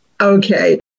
Okay